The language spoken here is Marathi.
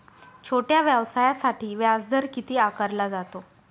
छोट्या व्यवसायासाठी व्याजदर किती आकारला जातो?